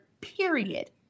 period